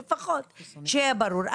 לפחות שיהיה ברור.